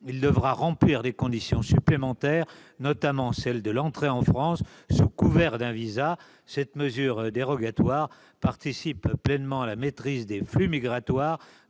il devra remplir des conditions supplémentaires, notamment celle de l'entrée en France sous couvert d'un visa. Cette mesure dérogatoire participe pleinement à la maîtrise des flux migratoires